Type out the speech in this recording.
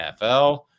NFL